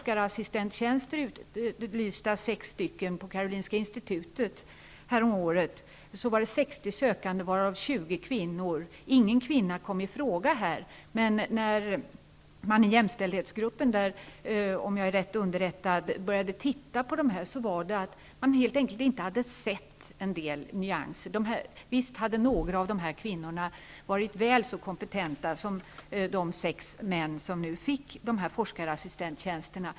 Karolinska institutet häromåret var det 60 sökande, varav 20 kvinnor. Ingen kvinna kom i fråga, men när man i jämställdhetsgruppen började titta på antagningen fann man att det helt enkelt handlade om nyanser, som ingen såg. Visst hade några av kvinnorna varit väl så kompetenta som de sex män som fick forskarassistenttjänsterna.